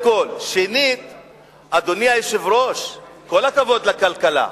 שנית, אדוני היושב-ראש, כל הכבוד לכלכלה,